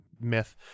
myth